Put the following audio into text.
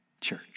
church